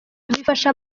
bifasha